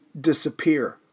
disappear